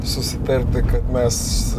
susitarti kad mes